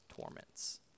torments